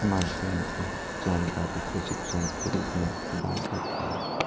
माध्यम से जानकारी प्रशिक्षण के रूप में प्रदान करता है